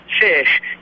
fish